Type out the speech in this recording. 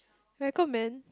recommend